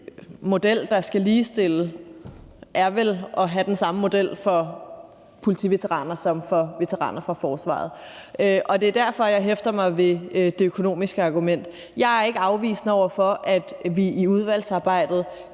Den model, der skal ligestille, er vel den samme model for politiveteraner som for veteraner fra forsvaret, og det er derfor, jeg hæfter mig ved det økonomiske argument. Jeg er ikke afvisende over for, at vi i udvalgsarbejdet